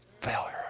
failure